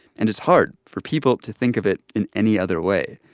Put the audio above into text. and it's hard for people to think of it in any other way.